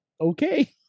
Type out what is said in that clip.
okay